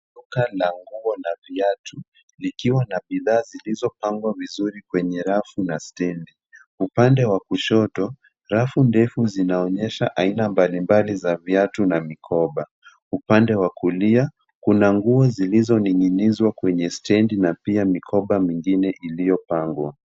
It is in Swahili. Duka la nguo na viatu likiwa na bidhaa zilizopangwa vizuri kwenye rafu na stendi. Upande wa kushoto rafu ndefu zinaonyesha aina mbalimbali za viatu na mikoba. Upande wa kulia kuna nguo zilizoning'inizwa kwenye stendi na pia mikoba mingine iliyopangwa.